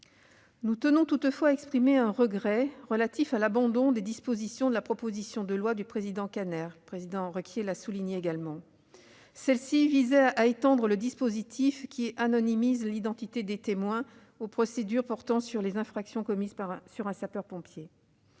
Nous tenons toutefois à exprimer un regret, relatif à l'abandon des dispositions de la proposition de loi du président Kanner, qu'a souligné également le président Requier. C'est vrai ! Ces dispositions visaient à étendre le dispositif qui anonymise l'identité des témoins aux procédures portant sur les infractions commises sur un sapeur-pompier.